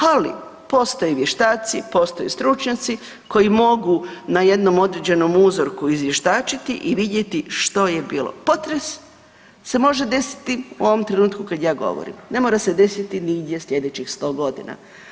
Ali, postoje vještaci, postoje stručnjaci koji mogu na jednom određenom uzorku izvještačiti i vidjeti što je bilo, potres se može desiti u ovom trenutku kad ja govorim, ne mora se desiti nigdje sljedećih 100 godina.